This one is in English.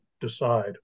decide